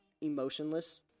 emotionless